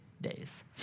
days